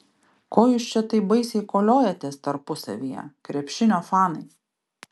ko jūs čia taip baisiai koliojatės tarpusavyje krepšinio fanai